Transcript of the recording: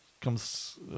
comes